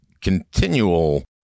continual